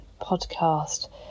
podcast